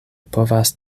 povas